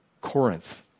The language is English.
Corinth